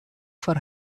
for